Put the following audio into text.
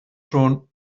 schon